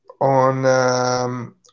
On